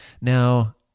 Now